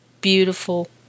beautiful